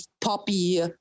poppy